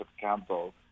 Campbell